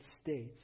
states